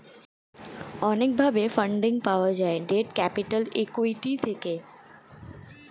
অনেক ভাবে ফান্ডিং পাওয়া যায় ডেট ক্যাপিটাল, ইক্যুইটি থেকে